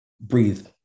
breathe